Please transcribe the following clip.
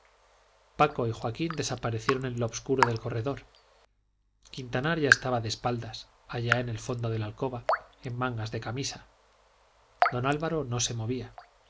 paco y joaquín desaparecieron en lo obscuro del corredor quintanar ya estaba de espaldas allá en el fondo de la alcoba en mangas de camisa don álvaro no se movía